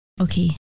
Okay